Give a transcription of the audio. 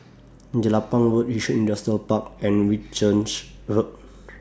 Jelapang Road Yishun Industrial Park and Whitchurch Road